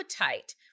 appetite